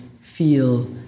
feel